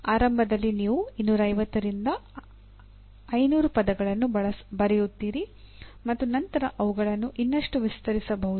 ಆರಂಭದಲ್ಲಿ ನೀವು 250 ರಿಂದ 500 ಪದಗಳನ್ನು ಬರೆಯುತ್ತೀರಿ ಮತ್ತು ನಂತರ ಅವುಗಳನ್ನು ಇನ್ನಷ್ಟು ವಿಸ್ತರಿಸಬಹುದು